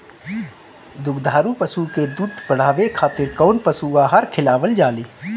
दुग्धारू पशु के दुध बढ़ावे खातिर कौन पशु आहार खिलावल जाले?